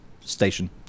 station